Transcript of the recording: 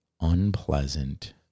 unpleasant